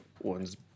ones